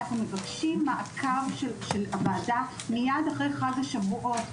אנחנו מבקשים מעקב של הוועדה מיד אחרי חג השבועות,